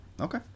Okay